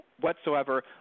whatsoever